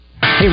Hey